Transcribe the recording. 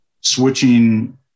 Switching